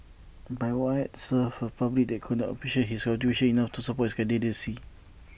but why serve A public that could not appreciate his contributions enough to support his candidacy